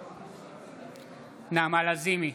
בהצבעה נעמה לזימי,